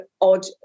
odd